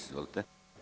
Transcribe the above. Izvolite.